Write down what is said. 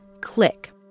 click